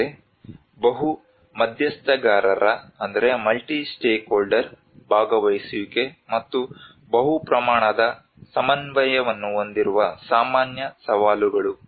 ಆದರೆ ಬಹು ಮಧ್ಯಸ್ಥಗಾರರ ಭಾಗವಹಿಸುವಿಕೆ ಮತ್ತು ಬಹು ಪ್ರಮಾಣದ ಸಮನ್ವಯವನ್ನು ಹೊಂದಿರುವ ಸಾಮಾನ್ಯ ಸವಾಲುಗಳು